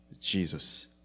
Jesus